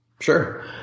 Sure